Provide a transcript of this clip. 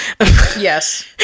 Yes